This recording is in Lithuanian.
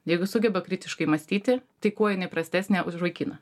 jeigu sugeba kritiškai mąstyti tai kuo jinai prastesnė už vaikiną